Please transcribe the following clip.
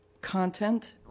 content